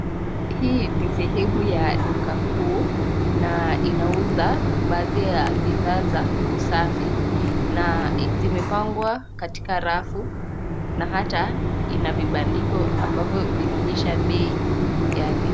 Hii ni sehemu ya duka kuu na inauza baadhi ya bidhaa za usafi na zimepangwa katika rafu na ata ina vibandiko ambavyo vinaonyesha bei yake.